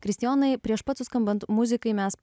kristijonai prieš pat suskambant muzikai mes